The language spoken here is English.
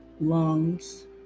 lungs